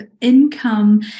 income